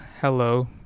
hello